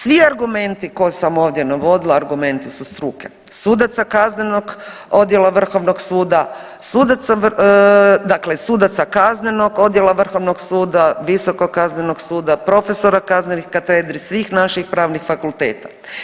Svi argumenti koje sam ovdje navodila argumenti su struke, sudaca kaznenog odjela Vrhovnog suda, sudaca, dakle sudaca kaznenog odjela Vrhovnog suda, Visokog kaznenog suda, profesora kaznenih katedri svih naših pravnih fakulteta.